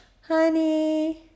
Honey